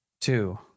Two